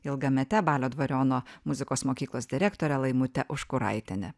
ilgamete balio dvariono muzikos mokyklos direktore laimute užkuraitiene